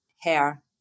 hair